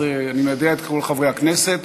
אז אני מיידע את כל חברי הכנסת.